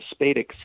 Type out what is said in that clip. spadix